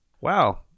Wow